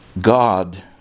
God